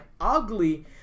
ugly